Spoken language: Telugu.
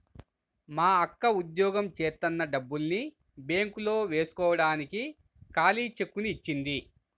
మా అక్క ఉద్యోగం జేత్తన్న డబ్బుల్ని బ్యేంకులో వేస్కోడానికి ఖాళీ చెక్కుని ఇచ్చింది